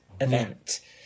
event